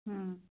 ও